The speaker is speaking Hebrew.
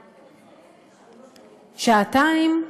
שעתיים?